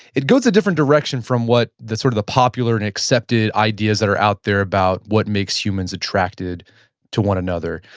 it goes a different direction from what the sort of the popular and accepted ideas that are out there about what makes humans attracted to one another.